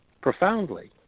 profoundly